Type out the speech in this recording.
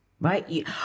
Right